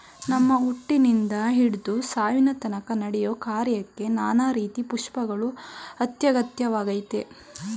ನಮ್ಮ ಹುಟ್ಟಿನಿಂದ ಹಿಡ್ದು ಸಾವಿನತನ್ಕ ನಡೆಯೋ ಕಾರ್ಯಕ್ಕೆ ನಾನಾ ರೀತಿ ಪುಷ್ಪಗಳು ಅತ್ಯಗತ್ಯವಾಗಯ್ತೆ